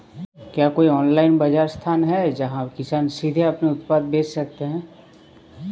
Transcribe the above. क्या कोई ऑनलाइन बाज़ार स्थान है जहाँ किसान सीधे अपने उत्पाद बेच सकते हैं?